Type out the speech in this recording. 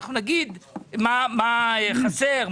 נגיד מה חסר,